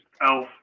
elf